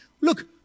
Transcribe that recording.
Look